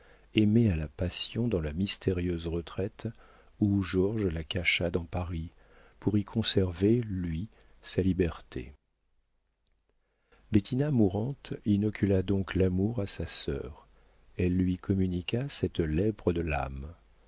aimée à la passion dans la mystérieuse retraite où georges la cacha dans paris pour y conserver lui sa liberté bettina mourante inocula donc l'amour à sa sœur elle lui communiqua cette lèpre de l'âme